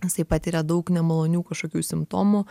jisai patiria daug nemalonių kažkokių simptomų